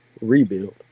Rebuild